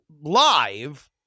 live